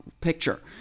picture